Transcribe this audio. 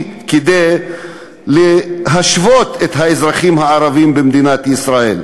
כדי להשוות את האזרחים הערבים במדינת ישראל.